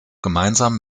gemeinsam